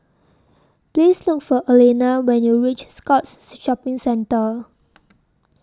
Please Look For Alayna when YOU REACH Scotts Shopping Centre